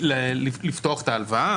לפתוח את ההלוואה,